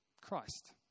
Christ